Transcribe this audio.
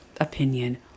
opinion